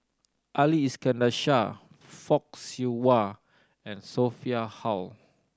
Ali Iskandar Shah Fock Siew Wah and Sophia Hull